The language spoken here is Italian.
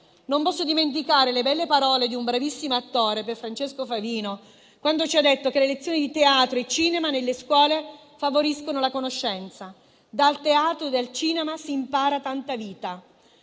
Non posso dimenticare le belle parole di un bravissimo attore, Pierfrancesco Favino, quando ci ha detto che le lezioni di teatro e cinema nelle scuole favoriscono la conoscenza. Dal teatro e dal cinema si impara tanta vita.